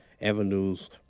avenues